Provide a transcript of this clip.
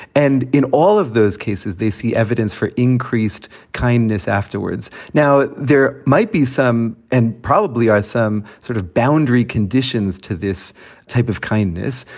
and in all of those cases, they see evidence for increased kindness afterwards. now, there might be some and probably some sort of boundary conditions to this type of kindness.